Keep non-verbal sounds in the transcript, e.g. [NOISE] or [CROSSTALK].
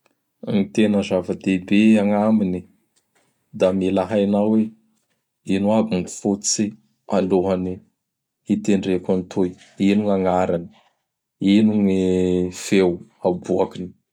Ny tena zava-dehibe [NOISE] agnaminy, [NOISE] da mila [NOISE] hainao hoe: [NOISE] ''ino aby [NOISE] gny fototsy [NOISE] alohan'gny [NOISE] itendreko [NOISE] an'itoy? [NOISE] Ino [NOISE] gn' agnarany, [NOISE] ino [NOISE] gny feo [NOISE] aboakiny? [NOISE] "